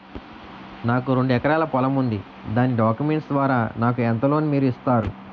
నాకు రెండు ఎకరాల పొలం ఉంది దాని డాక్యుమెంట్స్ ద్వారా నాకు ఎంత లోన్ మీరు ఇస్తారు?